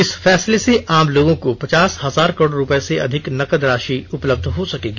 इस फैसले से आम लोगों को पचास हजार करोड रुपए से अधिक नकद राशि उपलब्ध हो सकेगी